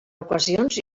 ocasions